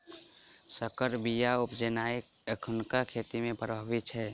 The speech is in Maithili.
सँकर बीया उपजेनाइ एखुनका खेती मे प्रभावी छै